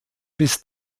bis